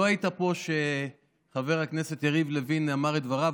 לא היית פה כשחבר הכנסת יריב לוין אמר את דבריו,